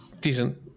decent